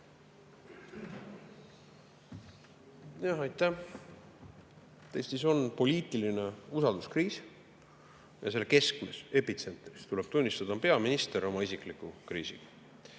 Aitäh! Eestis on poliitiline usalduskriis ja selle keskmes, epitsentris, tuleb tunnistada, on peaminister oma isikliku kriisiga.